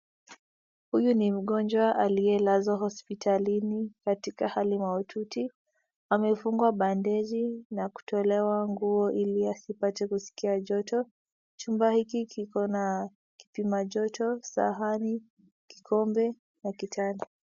Huyu ni mgonjwa aliyelazwa hospitalini katika hali mahututi amefungwa bandeji na kutolewa nguo ili asipate kuskia joto. Chumba hiki kiko na kipima joto, sahani, kikombe na kitanda.